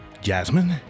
Jasmine